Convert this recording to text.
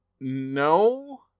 No